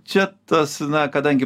čia tas na kadangi